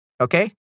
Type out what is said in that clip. Okay